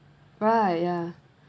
right ya